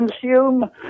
consume